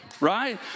right